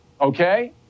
Okay